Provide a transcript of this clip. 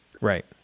Right